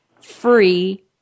Free